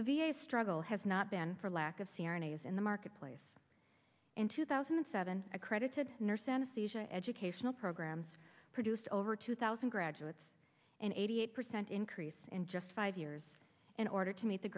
the v a struggle has not been for lack of serenades in the marketplace in two thousand and seven accredited nurse anaesthesia educational programs produced over two thousand graduates and eighty eight percent increase in just five years in order to meet the